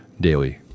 daily